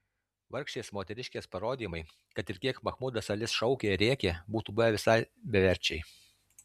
vargšės moteriškės parodymai kad ir kiek mahmudas alis šaukė ir rėkė būtų buvę visai beverčiai